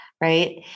right